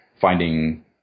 finding